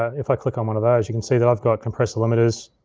if i click on one of those, you can see that i've got compressor limiters,